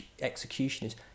executioners